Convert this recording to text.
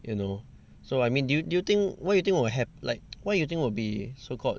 you know so I mean do you do you think what you think will hap~ like what you think will be so called